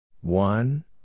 One